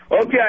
Okay